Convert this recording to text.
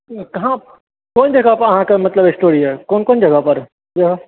कहाँ कोन जगह पर अहाँके मतलब स्टोर यऽ कोन कोन जगह पर